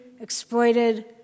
exploited